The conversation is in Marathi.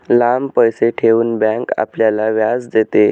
लांब पैसे ठेवून बँक आपल्याला व्याज देते